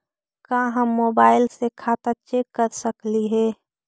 का हम मोबाईल से खाता चेक कर सकली हे?